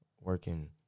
working